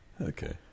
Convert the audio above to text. Okay